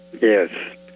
Yes